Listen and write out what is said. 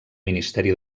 ministeri